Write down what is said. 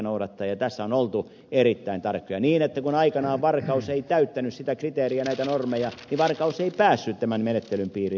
ja tässä on oltu erittäin tarkkoja niin että kun aikanaan varkaus ei täyttänyt sitä kriteeriä näitä normeja niin varkaus ei päässyt tämän menettelyn piiriin